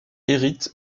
hérite